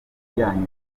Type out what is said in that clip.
ijyanye